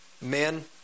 men